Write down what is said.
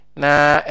na